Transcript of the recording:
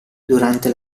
durante